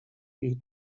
ich